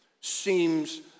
seems